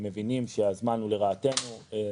ומבינים שהזמן הוא לרעתנו.